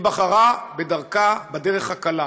היא בחרה בדרכה, בדרך הקלה.